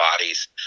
bodies